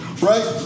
Right